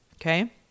Okay